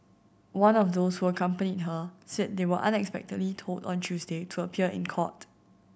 one of those who accompanied her said they were unexpectedly told on Tuesday to appear in court